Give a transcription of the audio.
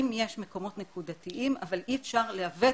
אם יש מקומות נקודתיים אבל אי אפשר לעוות